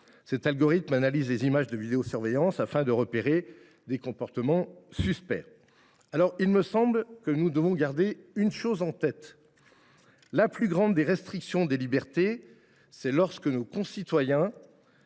Cet algorithme analyse les images de vidéosurveillance afin de repérer des comportements suspects. Nous devons garder une chose en tête : la plus grande des restrictions de libertés, c’est lorsque nos concitoyens